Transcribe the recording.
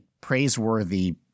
praiseworthy